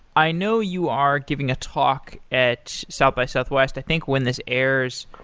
i know you are giving a talk at south by southwest. i think when this airs,